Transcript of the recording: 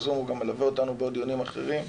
ומלווה אותנו בעוד דיונים אחרים.